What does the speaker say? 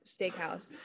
steakhouse